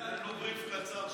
תן לנו brief קצר,